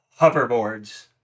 hoverboards